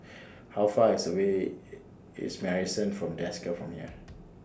How Far IS away IS Marrison At Desker from here